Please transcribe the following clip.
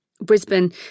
Brisbane